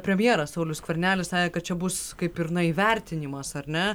premjeras saulius skvernelis sakė kad čia bus kaip ir na įvertinimas ar ne